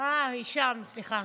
היא שם, סליחה.